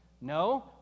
No